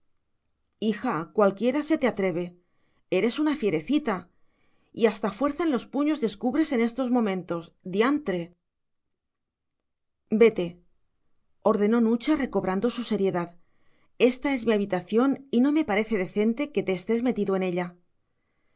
hija cualquiera se te atreve eres una fierecita y hasta fuerza en los puños descubres en esos momentos diantre vete ordenó nucha recobrando su seriedad ésta es mi habitación y no me parece decente que te estés metido en ella